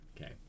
Okay